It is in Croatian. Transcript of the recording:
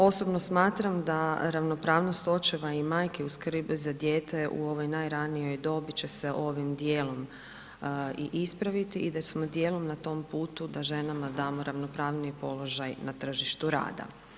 Osobno smatram da ravnopravnost očeva i majki u skrbi za dijete u ovoj najranijoj dobi će se ovim dijelom i ispraviti i da smo dijelom na tom putu da ženama damo ravnopravniji položaj na tržištu rada.